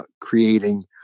Creating